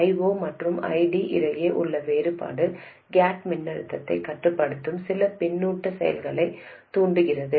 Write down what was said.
I0 மற்றும் ID இடையே உள்ள வேறுபாடு கேட் மின்னழுத்தத்தைக் கட்டுப்படுத்தும் சில பின்னூட்டச் செயலைத் தூண்டுகிறது